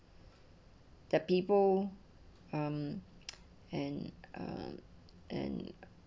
the people um and uh and